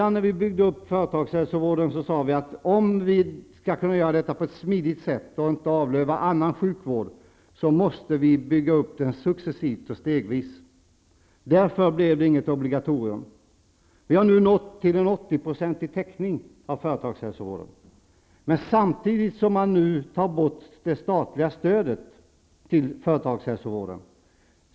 När vi byggde upp företagshälsovården sade vi, att om vi skall kunna göra det på ett smidigt sätt och inte avlöva annan sjukvård, måste vi bygga upp den successivt och stegvis. Därför blev det inget obligatorium. Vi har nu nått 80-procentig täckning inom företagshälsovården. Nu vill man ta bort det statliga stödet till företagshälsovården.